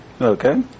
Okay